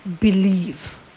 believe